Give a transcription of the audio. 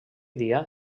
dia